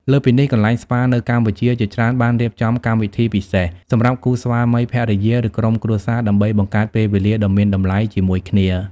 លើសពីនេះ កន្លែងស្ប៉ានៅកម្ពុជាជាច្រើនបានរៀបចំកម្មវិធីពិសេសសម្រាប់គូស្វាមីភរិយា ឬក្រុមគ្រួសារដើម្បីបង្កើតពេលវេលាដ៏មានតម្លៃជាមួយគ្នា។